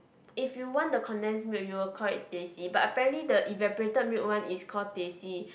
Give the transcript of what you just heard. if you want the condensed milk you will call it teh C but apparently the evaporated milk one is called teh C